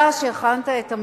אתה שהכנת את המשק,